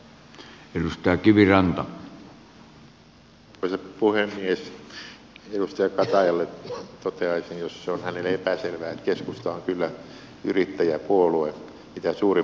edustaja katajalle toteaisin jos se on hänelle epäselvää että keskusta on kyllä yrittäjäpuolue mitä suurimmassa määrin